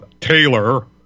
Taylor